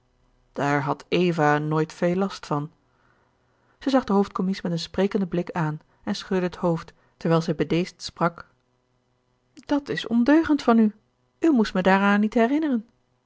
daar had eva nooit veel last van zij zag den hoofdcommies met een sprekenden blik aan en schudde het hoofd terwijl zij bedeesd sprak dat is ondeugend van u u moest me daaraan niet herinneren